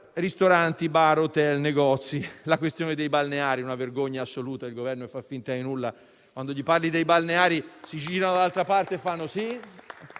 Ristoranti, bar, hotel, negozi, la questione dei balneari è una vergogna assoluta e il Governo fa finta di nulla. Quando gli parli dei balneari si gira dall'altra parte.